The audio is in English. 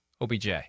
OBJ